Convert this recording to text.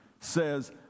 says